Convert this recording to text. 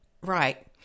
Right